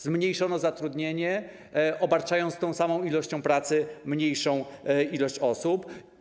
Zmniejszono zatrudnienie, obarczono tą samą ilością pracy mniejszą liczbę osób.